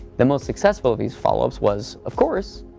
the most successful of these followups was, of course,